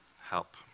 help